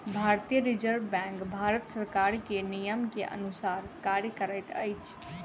भारतीय Reserve Bank Bharat सरकार के नियम के अनुसार कार्य करैत अछि